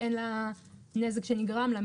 אין לה נזק שנגרם לה,